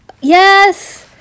Yes